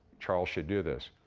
charles should do this.